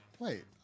Wait